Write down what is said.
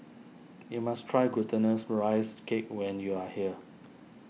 you must try Glutinous Rice Cake when you are here